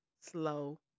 slow